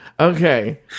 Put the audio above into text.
Okay